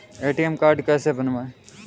ATM card कैसे बनवाएँ?